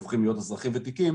הם הולכים להיות אזרחים ותיקים,